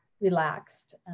relaxed